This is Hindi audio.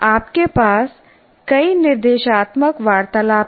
आपके पास कई निर्देशात्मक वार्तालाप हैं